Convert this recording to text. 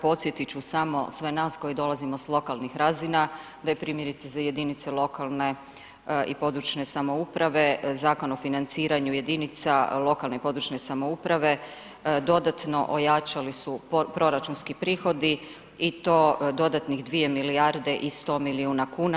Podsjetit ću samo sve nas koji dolazimo s lokalnih razina da je primjerice za jedinice lokalne i područne samouprave Zakon o financiranju jedinica lokalne i područne samouprave dodatno ojačali su proračunski prihodi i to dodatnih 2 milijarde i 100 milijuna kuna.